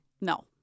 No